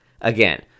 Again